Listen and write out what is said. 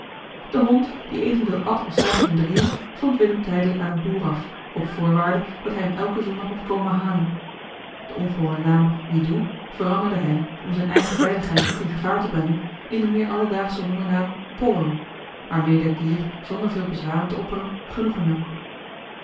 den hond die evenveel at als zij met hun drieën stond willem tijdelijk aan een boer af op voorwaarde dat hij hem elken zondag mocht komen halen den ongewonen naam wiedu veranderde hij om zijne eigene veiligheid niet in gevaar te brengen in den meer alledaagschen hondennaam pollo waarmede het dier zonder veel bezwaren te opperen genoegen nam